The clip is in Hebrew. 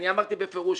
אמרתי בפירוש,